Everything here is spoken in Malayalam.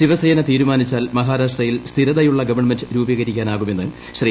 ശിവസേന തീരുമാനിച്ചാൽ മഹാരാഷ്ട്രയിൽ സ്ഥിരതയുള്ള ഗവൺമുന്റ്രൂപീകരിക്കാനാകുമെന്ന് ശ്രീ